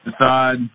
decide